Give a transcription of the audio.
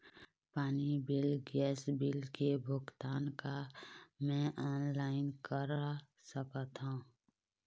पानी bill gas bill के भुगतान का मैं ऑनलाइन करा सकथों?